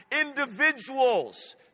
individuals